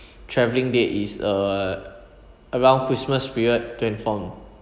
travelling date is uh around christmas period twenty four